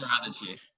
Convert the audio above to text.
strategy